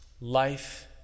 life